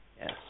Yes